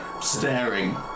staring